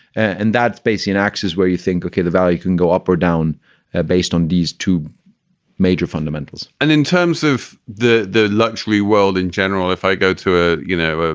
and that's based in accies where you think, ok, the value can go up or down ah based on these two major fundamentals and in terms of the the luxury world in general, if i go to a, you know, ah